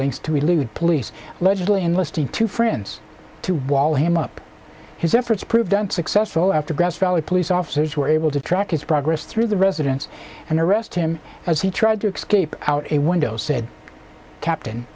lengths to elude police allegedly enlisting two friends to wall him up his efforts proved unsuccessful after grass valley police officers were able to track his progress through the residence and arrest him as he tried to escape out a window said captain